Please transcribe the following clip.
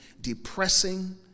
depressing